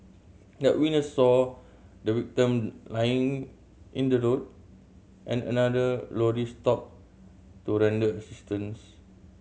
the witness saw the victim lying in the road and another lorry stopped to render assistance